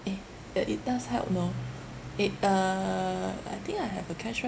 eh uh it does help you know it uh I think I have a cashback